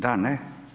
Da, ne?